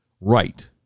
Right